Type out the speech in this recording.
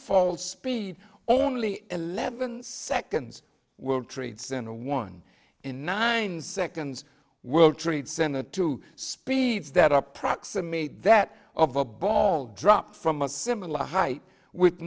freefall speed only eleven seconds world trade center one in nine seconds world trade center two speeds that approximate that of a ball dropped from a similar height with